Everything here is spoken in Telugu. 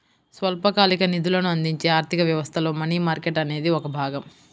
స్వల్పకాలిక నిధులను అందించే ఆర్థిక వ్యవస్థలో మనీ మార్కెట్ అనేది ఒక భాగం